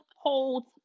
holds